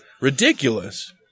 ridiculous